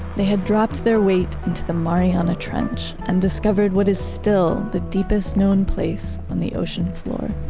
they had dropped their weight into the mariana trench and discovered what is still the deepest known place on the ocean floor